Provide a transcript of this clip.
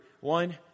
One